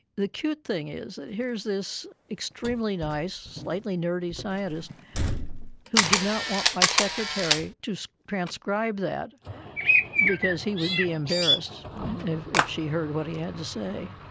the cute thing is that here is this extremely nice, slightly nerdy scientist who did not want my secretary to transcribe that because he would be embarrassed if if she heard what he had to say.